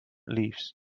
leaves